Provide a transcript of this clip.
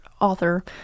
author